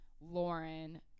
Lauren